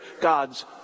God's